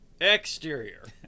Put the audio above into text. exterior